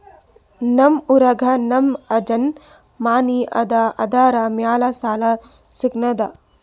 ನಮ್ ಊರಾಗ ನಮ್ ಅಜ್ಜನ್ ಮನಿ ಅದ, ಅದರ ಮ್ಯಾಲ ಸಾಲಾ ಸಿಗ್ತದ?